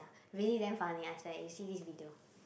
really damn funny I said you see this video